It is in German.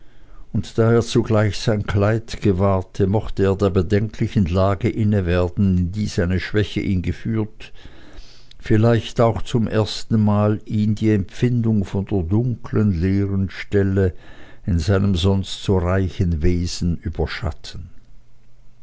und da er zugleich sein kleid gewahrte mochte er der bedenklichen lage innewerden in die seine schwäche ihn geführt vielleicht auch zum ersten mal ihn die empfindung von der dunklen leeren stelle in seinem sonst so reichen wesen überschatten